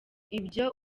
ibyo